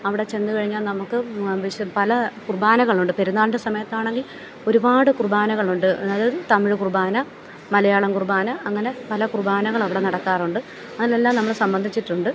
അവിടെ ചെന്ന് കഴിഞ്ഞാൽ നമുക്ക് വ് പല കുർബ്ബാനകളുണ്ട് പെരുന്നാളിൻ്റെ സമയത്താണെങ്കിൽ ഒരുപാട് കുർബാനകളുണ്ട് അതായത് തമിഴ് കുർബ്ബാന മലയാളം കുർബ്ബാന അങ്ങനെ പല കുർബ്ബാനകൾ അവിടെ നടക്കാറുണ്ട് അതിനെല്ലാം നമ്മൾ സംബന്ധിച്ചിട്ടുണ്ട്